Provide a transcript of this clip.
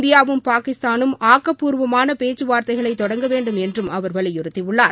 இந்தியாவும் பாகிஸ்தானும் ஆக்கப்பூர்வமான பேச்சுவார்த்தைகளை தொடங்க வேண்டும் என்றும் அவர் வலியுறுத்தியுள்ளார்